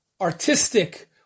artistic